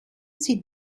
sie